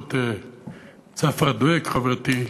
באמצעות צפרא דוויק חברתי,